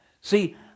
See